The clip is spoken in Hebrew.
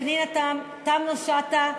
פנינה תמנו-שטה,